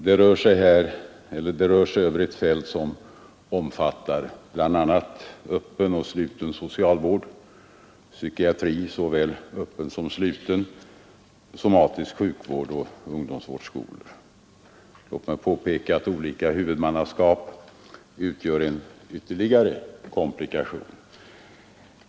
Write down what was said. Det rör sig över ett fält som omfattar bl.a. öppen och sluten socialvård, såväl öppen som sluten psykiatri, somatisk sjukvård och ungdomsvårdskolor. Låt mig påpeka att olika huvudmannaskap utgör en ytterligare komplikation.